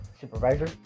supervisor